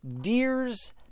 deer's